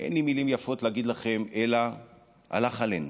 אין לי מילים יפות להגיד לכם אלא הלך עלינו,